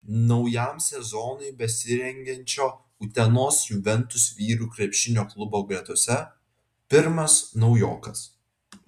naujam sezonui besirengiančio utenos juventus vyrų krepšinio klubo gretose pirmas naujokas